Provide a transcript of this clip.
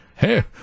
Hey